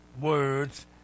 words